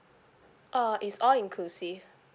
uh it's all inclusive